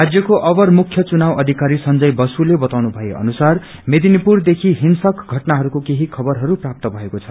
राजयको अवर मुख्य चुनाव अधिकारी संजय बसुले बताउनुमए अनुसार मेदिनीपुरदेखि हिंसक षटनाहरूको केही खबरहरू प्राप्त भएको छ